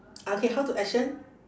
ah K how to action